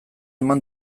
eman